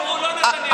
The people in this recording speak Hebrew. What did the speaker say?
קיבלו 58,